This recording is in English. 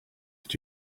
did